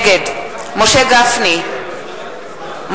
נגד משה גפני,